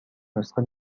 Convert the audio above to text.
نسخه